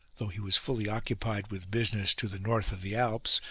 though he was fully occupied with business to the north of the alps,